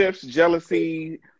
jealousy